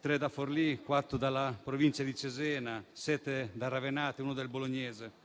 3 da Forlì, 4 dalla provincia di Cesena, 7 dal Ravennate e uno dal Bolognese.